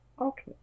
okay